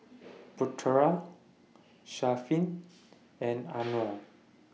Putera Syafiq and Anuar